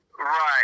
Right